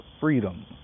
freedom